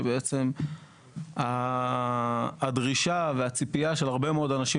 שבעצם הדרישה והציפייה של הרבה מאוד אנשים